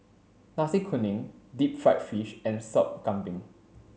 nasi kuning deep fried fish and sup kambing